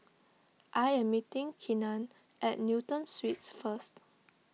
I am meeting Kenan at Newton Suites first